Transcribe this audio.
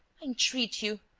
i entreat you.